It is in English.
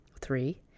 three